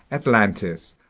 atlantis,